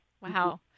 Wow